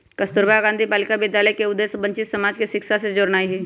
कस्तूरबा गांधी बालिका विद्यालय के उद्देश्य वंचित समाज के शिक्षा से जोड़नाइ हइ